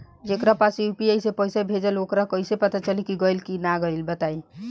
जेकरा पास यू.पी.आई से पईसा भेजब वोकरा कईसे पता चली कि गइल की ना बताई?